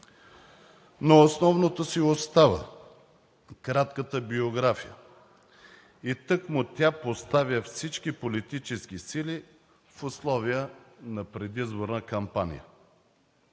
Но основното си остава – кратката биография, и тъкмо тя поставя всички политически сили в условия на предизборна кампания.